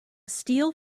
steel